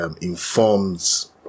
informs